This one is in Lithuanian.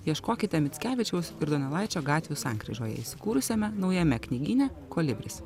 ieškokite mickevičiaus ir donelaičio gatvių sankryžoje įsikūrusiame naujame knygyne kolibris